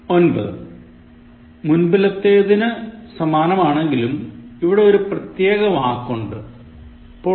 ഒൻപത് മുൻപിലത്തെതിന് സമാനമാണെങ്കിലും ഇവിടെ ഒരു പ്രത്യേക വാക്കുണ്ട് politics